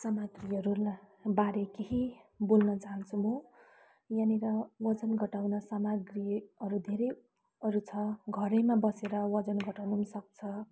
सामग्रीहरूबारे केही बोल्न चाहन्छु म यहाँनेर वजन घटाउन सामग्रीहरू धेरैहरू छ घरमा बसेर वजन घटाउनु सक्छ